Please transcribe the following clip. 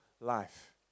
life